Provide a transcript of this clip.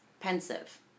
pensive